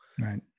Right